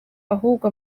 ahubwo